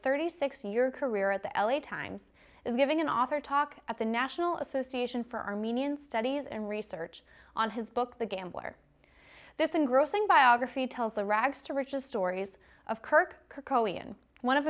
thirty six year career at the l a times is giving an author talk at the national association for armenian studies and research on his book the gambler this engrossing biography tells the rags to riches stories of kirk